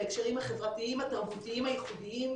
בהקשרים החברתיים והתרבותיים הייחודיים,